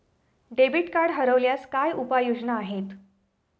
Debit card हरवल्यास काय उपाय योजना आहेत?